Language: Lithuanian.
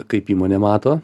kaip įmonė mato